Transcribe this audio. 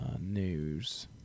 News